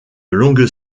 longue